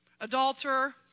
adulterer